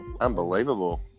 Unbelievable